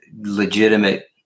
legitimate